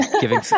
giving